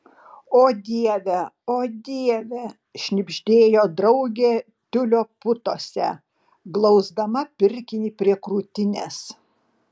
o dieve o dieve šnibždėjo draugė tiulio putose glausdama pirkinį prie krūtinės